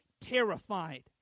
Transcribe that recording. terrified